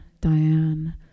Diane